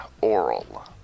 oral